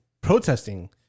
protesting